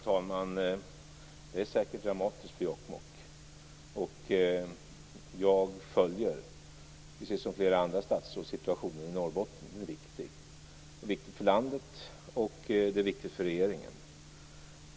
Herr talman! Det är säkert dramatiskt för Jokkmokk. Jag följer, precis som flera statsråd, situationen i Norrbotten. Den är viktig för landet, och den är viktig för regeringen.